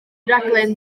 raglen